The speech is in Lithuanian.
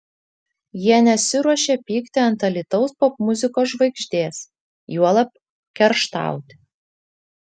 jie nesiruošia pykti ant alytaus popmuzikos žvaigždės juolab kerštauti